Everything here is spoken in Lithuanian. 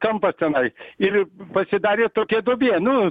kampas tenai ir pasidarė tokia duobė nu